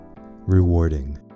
rewarding